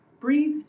breathe